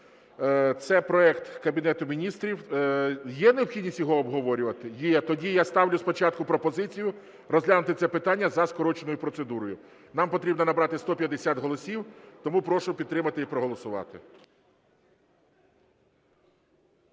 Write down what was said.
Це проект Кабінету Міністрів. Є необхідність його обговорювати? Є. Тоді я ставлю спочатку пропозицію розглянути це питання за скороченою процедурою. Нам потрібно набрати 150 голосів. Тому прошу підтримати і проголосувати.